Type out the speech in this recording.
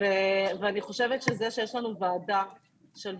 אני חושבת שזה שיש לנו ועדת בריאות